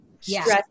stress